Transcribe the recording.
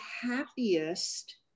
happiest